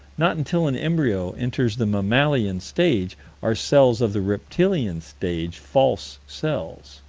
not until an embryo enters the mammalian stage are cells of the reptilian stage false cells.